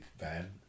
Van